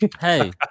Hey